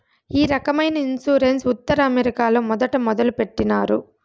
ఈ రకమైన ఇన్సూరెన్స్ ఉత్తర అమెరికాలో మొదట మొదలుపెట్టినారు